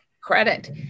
credit